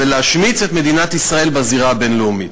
להשמיץ את מדינת ישראל בזירה הבין-לאומית.